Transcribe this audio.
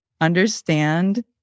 understand